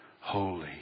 holy